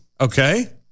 Okay